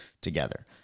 together